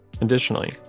Additionally